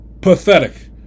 pathetic